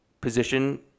position